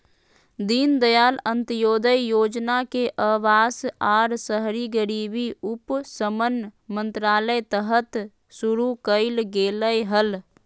दीनदयाल अंत्योदय योजना के अवास आर शहरी गरीबी उपशमन मंत्रालय तहत शुरू कइल गेलय हल